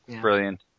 Brilliant